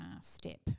step